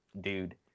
dude